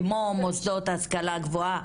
כמו במוסדות להשכלה גבוהה,